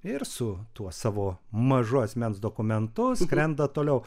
ir su tuo savo mažu asmens dokumentu skrenda toliau